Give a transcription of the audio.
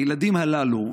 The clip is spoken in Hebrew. הילדים הללו,